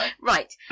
Right